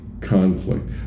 conflict